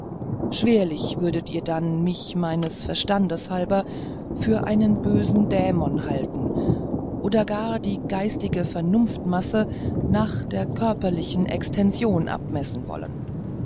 schwerlich würdet ihr dann mich meines verstandes halber für einen bösen dämon halten oder gar die geistige vernunftmasse nach der körperlichen extension abmessen wollen